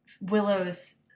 Willow's